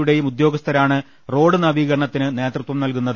യുടെയും ഉദ്യോഗസ്ഥരാണ് റോഡ് നവീകരണ ത്തിന് നേതൃത്വം നൽകുന്നത്